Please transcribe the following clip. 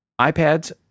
iPads